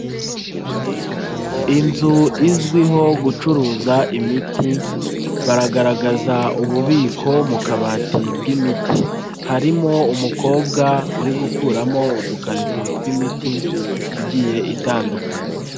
Inzu izwiho gucuruza imiti, baragaragaza ububiko mu kabati bw'imiti. Harimo umukobwa uri gukuramo udukarito tw'imiti igiye itandukanye.